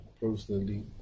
personally